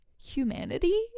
humanity